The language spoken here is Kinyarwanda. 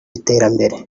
iterambere